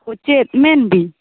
ᱚ ᱪᱮᱫ ᱢᱮᱱ ᱵᱤᱱ